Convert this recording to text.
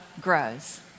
grows